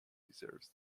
deserves